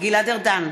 גלעד ארדן,